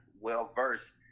well-versed